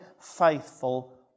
faithful